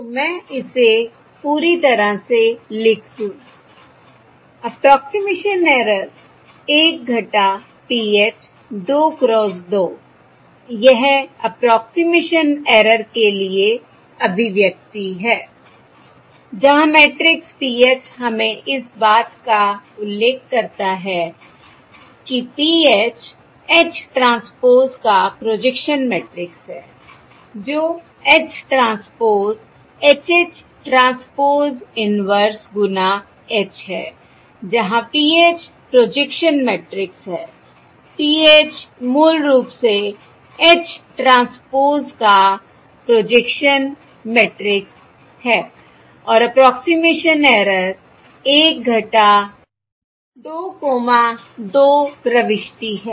तो मैं इसे पूरी तरह से लिख दूं अप्रोक्सिमेशन ऐरर 1 PH 2 क्रॉस 2 यह अप्रोक्सिमेशन ऐरर के लिए अभिव्यक्ति है जहां मैट्रिक्स PH हमें इस बात का उल्लेख करता है कि PH H ट्रांसपोज़ का प्रोजेक्शन मैट्रिक्स है जो H transpose H H transpose inverse गुणा H है जहाँ PH प्रोजेक्शन मैट्रिक्स है PH मूल रूप से H ट्रांसपोज़ का प्रोजेक्शन मैट्रिक्स है और अप्रोक्सिमेशन ऐरर 1 22 प्रविष्टि है